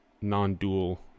non-dual